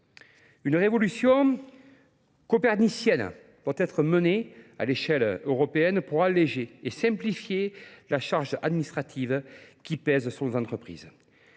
Une révolution copernicienne va être menée à l'échelle européenne pour alléger et simplifier la charge administrative qui pèse son entreprise.